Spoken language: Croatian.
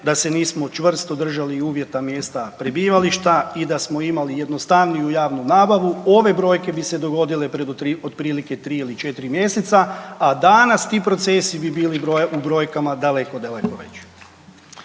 da se nismo čvrsto držali uvjeta mjesta prebivališta i da smo imali jednostavniju javnu nabavu ove brojke bi se dogodile pred od prilike 3 ili 4 mjeseca, a danas ti procesi bi bili u brojkama daleko veći.